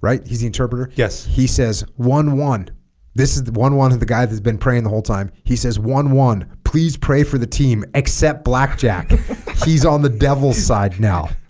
right he's the interpreter yes he says one one this is the one one the guy that's been praying the whole time he says one one please pray for the team except blackjack he's on the devil's side now